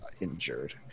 injured